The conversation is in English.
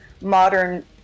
modern